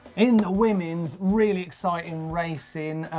in women's really exciting racing.